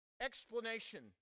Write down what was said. explanation